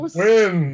win